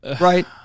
Right